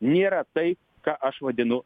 nėra tai ką aš vadinu